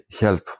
help